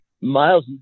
miles